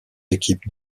équipes